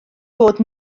bod